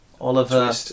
Oliver